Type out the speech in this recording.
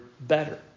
better